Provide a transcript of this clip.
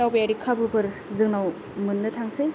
दावबायारि खाबुफोर जोंनाव मोननो थांसै